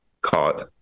caught